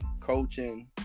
coaching